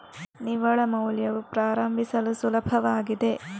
ನಿವ್ವಳ ಮೌಲ್ಯವು ಪ್ರಾರಂಭಿಸಲು ಸುಲಭವಾಗಿದೆ